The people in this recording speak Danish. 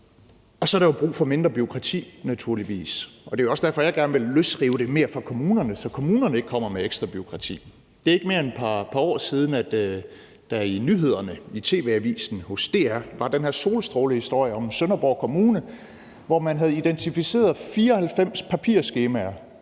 der naturligvis brug for mindre bureaukrati. Det er jo også derfor, jeg gerne vil løsrive det mere fra kommunerne, så kommunerne ikke kommer med ekstra bureaukrati. Det er ikke mere end et par år siden, at der i nyhederne i TV Avisen hos DR var den her solstrålehistorie om Sønderborg Kommune, hvor man havde identificeret 94 papirskemaer,